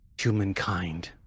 humankind